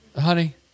honey